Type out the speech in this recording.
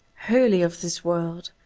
wholly of this world.